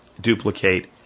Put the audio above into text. duplicate